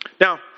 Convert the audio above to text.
Now